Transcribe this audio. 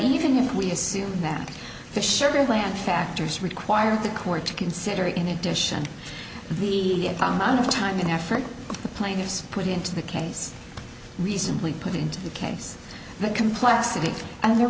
even if we assume that the sugar land factors required the court to consider in addition the amount of time and effort the plaintiffs put into the case reasonably put into the case the complexity of the